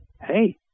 hey